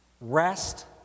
rest